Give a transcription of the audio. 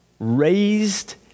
raised